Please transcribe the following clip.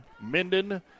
Minden